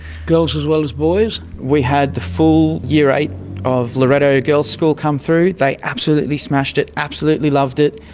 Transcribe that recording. girls as well as boys? we had the full year eight of loreto girls school come through. they absolutely smashed it, absolutely loved it,